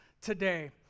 today